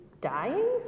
dying